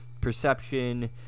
perception